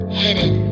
hidden